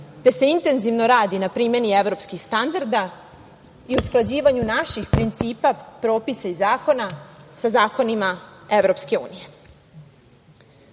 te se intenzivno radi na primeni evropskih standarda i usklađivanju naših principa, propisa i zakona sa zakonima EU.Kodeks